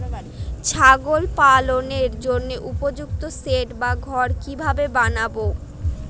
ছাগল পালনের জন্য উপযুক্ত সেড বা ঘর কিভাবে বানাবো?